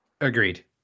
Agreed